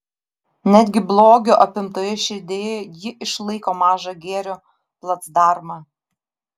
netgi blogio apimtoje širdyje ji išlaiko mažą gėrio placdarmą